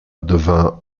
devint